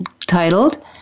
titled